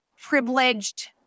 privileged